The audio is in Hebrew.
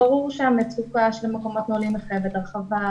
ברור שהמצוקה של המעונות הנעולים מחייבת הרחבה,